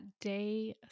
day